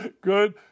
Good